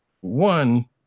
one